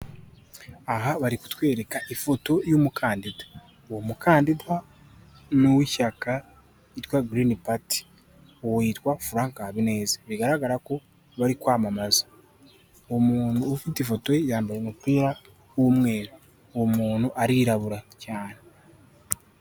Aha bari kutwereka ifoto y'umukandida, uwo mukandida n'uw'ishyaka ryitwa girini pati, uwo yitwa Faranka Habineza, bigaragara ko bari kwamamaza, umuntu ufite ifoto yambaye umupira w'umweru, uwo muntu arirabura cyane.